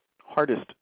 hardest